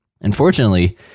Unfortunately